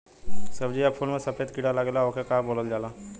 सब्ज़ी या फुल में सफेद कीड़ा लगेला ओके का बोलल जाला?